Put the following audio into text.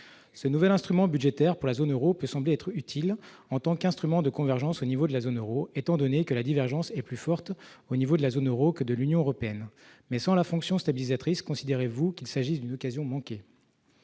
ce nouvel instrument budgétaire pour la zone Euro peut sembler être utile en tant qu'instrument de convergence au niveau de la zone Euro, étant donné que la divergence est plus forte au niveau de la zone Euro, que de l'Union européenne, mais sans la fonction stabilisatrice, considérez-vous qu'il s'agisse d'une occasion manquée.